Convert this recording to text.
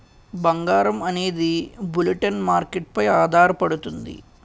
బంగారం అనేది bullion market పై ఆధారపడుతుంది